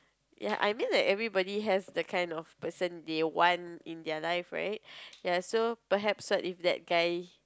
ya I mean like everybody have the kind of person they want in their life right ya so perhaps if that guy